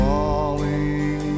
Falling